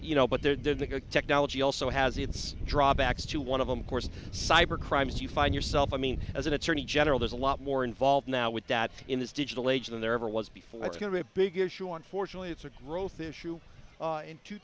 you know but there did that a technology also has its drawbacks to one of them course cyber crimes you find yourself i mean as an attorney general there's a lot more involved now with that in this digital age than there ever was before that's going to be a big issue unfortunately it's a growth issue in two